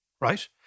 right